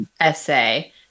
essay